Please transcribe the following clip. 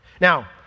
Now